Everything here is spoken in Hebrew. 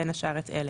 בין השאר את אלה: